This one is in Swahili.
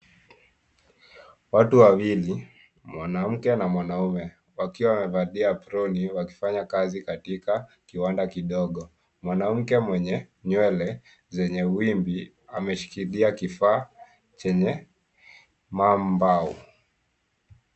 Watu wawili, mwanamke na mwanaume, wakiwa wamevalia aproni wakifanya kazi katika kiwanda kidogo. Mwanamke mwenye nywele zenye wimbi ameshikilia kifaa chenye mambao.